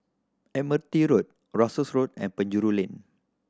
Admiralty Road Russels Road and Penjuru Lane